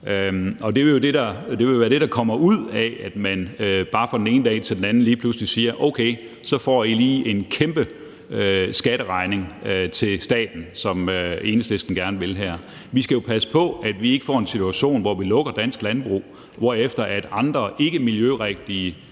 og det vil jo være det, der kommer ud af, at man bare fra den ene dag til den anden lige pludselig siger, at okay, så får I lige en kæmpe skatteregning til staten, som Enhedslisten gerne vil her. Vi skal jo passe på, at vi ikke får en situation, hvor vi lukker dansk landbrug, hvorefter andre ikkemiljørigtige